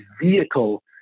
vehicle